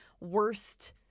worst